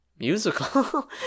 musical